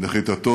נחיתתו